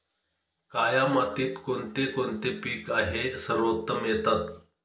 काया मातीत कोणते कोणते पीक आहे सर्वोत्तम येतात?